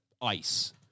ice